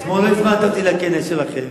אתמול לא הזמנת אותי לכנס שלכם.